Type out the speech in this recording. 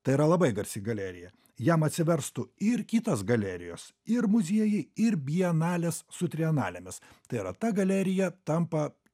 tai yra labai garsi galerija jam atsiverstų ir kitos galerijos ir muziejai ir bienalės su trianalėmis tai yra ta galerija tampa